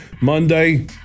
Monday